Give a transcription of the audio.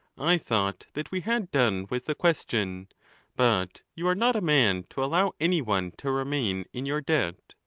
i thought that we had done with the question but you are not a man to allow any one to remain in your debt.